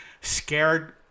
scared